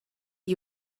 you